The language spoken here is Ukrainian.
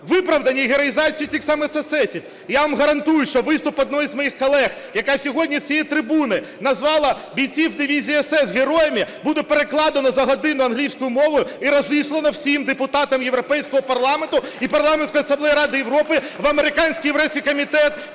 Виправдання і героїзація тих самих СС. Я вам гарантую, що виступ одної з моїх колег, яка сьогодні з цієї трибуни назвала бійців дивізії СС героями, буде перекладено за годину англійською мовою і розіслано всім депутатам Європейського парламенту і Парламентської асамблеї Ради Європи, в Американський єврейський комітет,